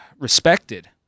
respected